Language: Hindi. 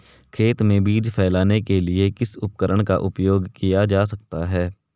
खेत में बीज फैलाने के लिए किस उपकरण का उपयोग किया जा सकता है?